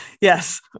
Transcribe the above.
Yes